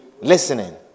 listening